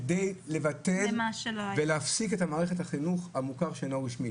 כדי לבטל ולהפסיק את מערכת החינוך המוכר שאינו רשמי.